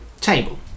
Table